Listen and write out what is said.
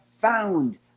found